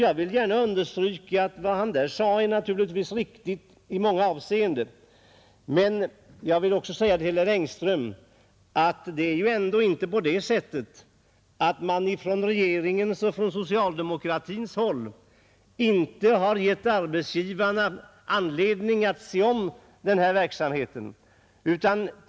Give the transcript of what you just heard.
Jag vill gärna understryka att vad han sade naturligtvis är riktigt i många avseenden, Men jag vill också säga till herr Engström att regeringen och socialdemokratin ingalunda har underlåtit att ge arbetsgivarna anledning att se om denna verksamhet.